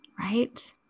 Right